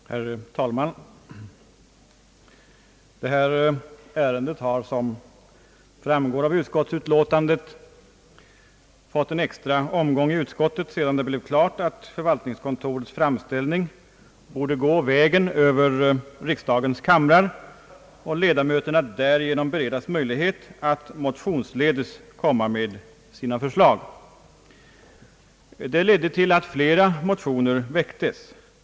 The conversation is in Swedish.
Herr talman! Detta ärende har, som framgår av utskottsutlåtandet, fått en extra omgång i utskottet sedan det blev klart att förvaltningskontorets framställning borde gå vägen över riksdagens kamrar och ledamöterna därigenom beredas möjlighet att motionsledes komma med förslag. Det ledde till att flera motioner väcktes.